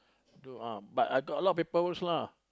do uh but I got a lot paper works lah